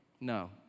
no